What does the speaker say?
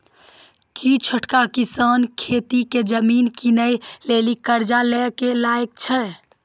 कि छोटका किसान खेती के जमीन किनै लेली कर्जा लै के लायक छै?